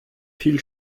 viel